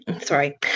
sorry